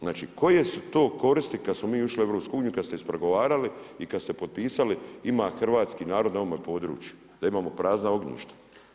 Znači koje su to koristi kada smo mi ušli u EU, kada ste ispregovarali i kada ste potpisali ima hrvatski narod na ovome području da imamo prazna ognjišta.